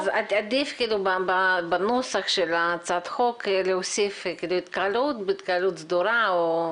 עדיף בנוסח של הצעת החוק להוסיף התקהלות בהתקהלות סדורה.